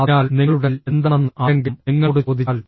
അതിനാൽ നിങ്ങളുടെ ബിൽ എന്താണെന്ന് ആരെങ്കിലും നിങ്ങളോട് ചോദിച്ചാൽ